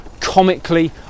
Comically